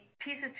pieces